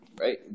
right